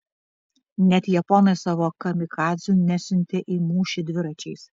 net japonai savo kamikadzių nesiuntė į mūšį dviračiais